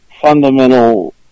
fundamental